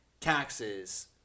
taxes